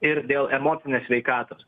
ir dėl emocinės sveikatos